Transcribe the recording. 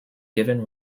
given